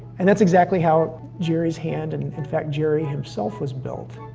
and that's exactly how geri's hand, and, in fact, geri himself, was built.